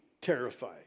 terrified